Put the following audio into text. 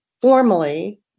formally